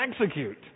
execute